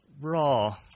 raw